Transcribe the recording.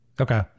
Okay